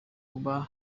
kuba